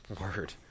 Word